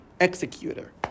executor